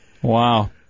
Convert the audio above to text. Wow